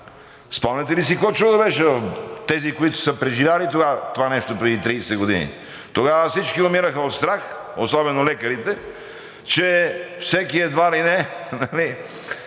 Спомняте ли си какво чудо беше – тези, които са преживели това нещо преди 30 години? Тогава всички умираха от страх, особено лекарите, че всеки едва ли не е